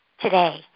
today